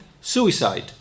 suicide